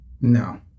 No